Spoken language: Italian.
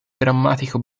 drammatico